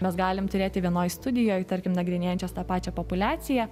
mes galim turėti vienoj studijoj tarkim nagrinėjančias tą pačią populiaciją